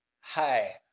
hi